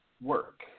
work